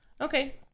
Okay